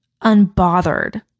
unbothered